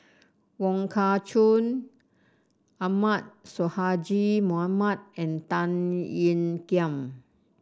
Wong Kah Chun Ahmad Sonhadji Mohamad and Tan Ean Kiam